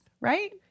right